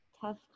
tough